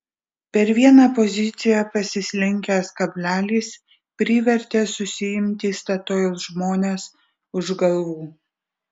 per vieną poziciją pasislinkęs kablelis privertė susiimti statoil žmones už galvų